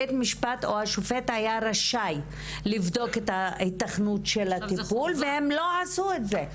בית המשפט או השופט היה רשאי לבדוק את היתכנות הטיפול אך הם לא עשו זאת.